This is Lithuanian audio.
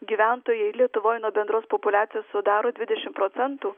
gyventojai lietuvoj nuo bendros populiacijos sudaro dvidešim procentų